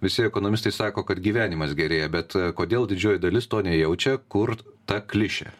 visi ekonomistai sako kad gyvenimas gerėja bet kodėl didžioji dalis to nejaučia kur ta klišė